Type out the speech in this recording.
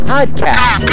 Podcast